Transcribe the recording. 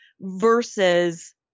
versus